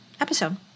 episode